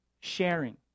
sharing